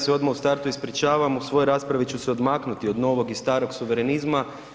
Ja se odmah u startu ispričavam, u svojoj raspravi ću se odmaknuti od novog i starog suverenizma.